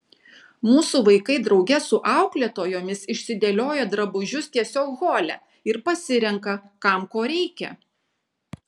mūsų vaikai drauge su auklėtojomis išsidėlioja drabužius tiesiog hole ir pasirenka kam ko reikia